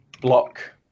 block